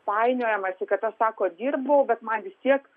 painiojamasi kad aš sako dirbau bet man vis tiek